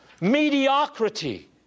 Mediocrity